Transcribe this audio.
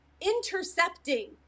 intercepting